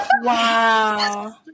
Wow